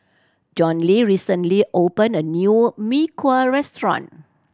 Johny recently opened a new Mee Kuah restaurant